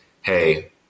Hey